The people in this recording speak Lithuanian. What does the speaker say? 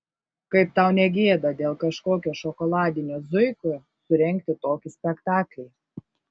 kaip tau ne gėda dėl kažkokio šokoladinio zuikio surengti tokį spektaklį